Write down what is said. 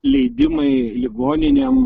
leidimai ligoninėm